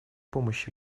помощи